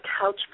couch